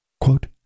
quote